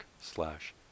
slash